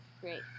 great